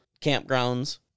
campgrounds